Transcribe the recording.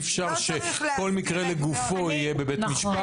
אי אפשר שכל מקרה לגופו יהיה בבית משפט